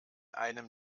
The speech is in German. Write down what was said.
einem